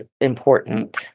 important